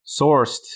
sourced